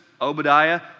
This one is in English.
Obadiah